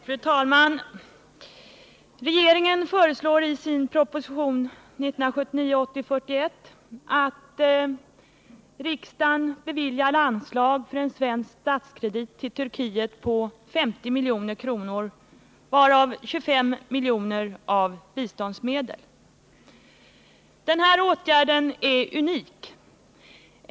Fru talman! Regeringen föreslår i sin proposition 1979/80:41 att riksdagen beviljar anslag för en svensk statskredit till Turkiet på 50 milj.kr., varav 25 miljoner av biståndsmedel. Denna åtgärd är unik.